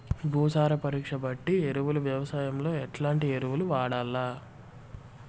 భూసార పరీక్ష బట్టి ఎరువులు వ్యవసాయంలో ఎట్లాంటి ఎరువులు వాడల్ల?